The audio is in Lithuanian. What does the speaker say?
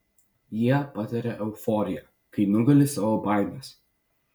jie patiria euforiją kai nugali savo baimes